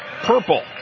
purple